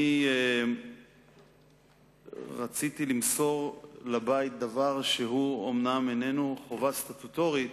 אני רציתי למסור לבית דבר שהוא אומנם איננו חובה סטטוטורית,